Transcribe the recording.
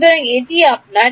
সুতরাং এটি আপনার